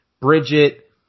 Bridget